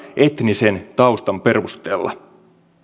etnisen taustan perusteella